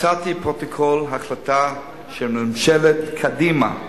מצאתי פרוטוקול הקלטה של ממשלת קדימה,